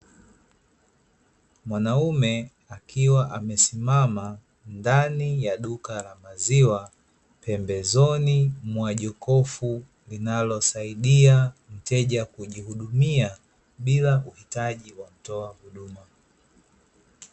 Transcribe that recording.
Mwanaume akiwa amesimama ndani ya duka la maziwa, pembezoni mwa jokofu linalosaidia mteja kujihudumia bila kuhitaji watoa huduma.